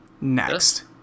Next